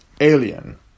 Alien